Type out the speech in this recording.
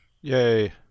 Yay